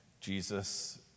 Jesus